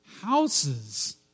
houses